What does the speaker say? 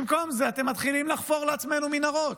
במקום זה אתם מתחילים לחפור לעצמנו מנהרות.